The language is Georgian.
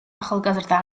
ახალგაზრდა